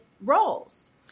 roles